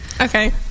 okay